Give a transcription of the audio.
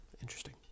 Interesting